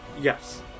Yes